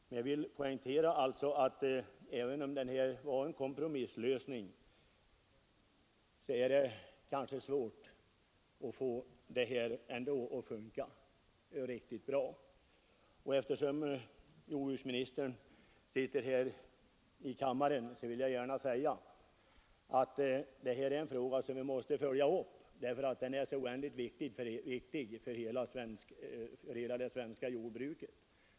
Men trots denna kompromiss är det svårt att få denna verksamhet att fungera riktigt bra. Eftersom jordbruksministern är närvarande i kammaren vill jag gärna säga att denna fråga måste följas upp — den är oändligt viktig för hela det svenska jordbruket.